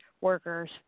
workers